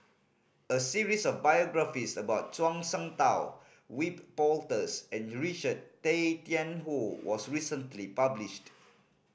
a series of biographies about Zhuang Shengtao Wiebe Wolters and Richard Tay Tian Hoe was recently published